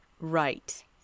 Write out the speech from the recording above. Right